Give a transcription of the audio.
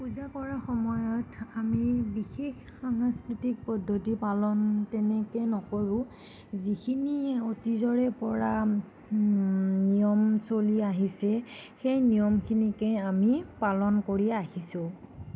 পূজা কৰা সময়ত আমি বিশেষ সাংস্কৃতিক পদ্ধতি পালন তেনেকৈ নকৰোঁ যিখিনি অতীজৰে পৰা নিয়ম চলি আহিছে সেই নিয়মখিনিকেই আমি পালন কৰি আহিছোঁ